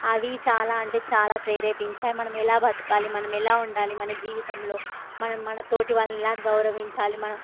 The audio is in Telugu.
అవి చాలా అంటే చాలా ప్రేరేపించాయి మనం ఎలా బ్రతకాలి మనం ఎలా ఉండాలి మన జీవితంలో మనం మనతోటి వాళ్ళని ఎలా గౌరవించాలి మనం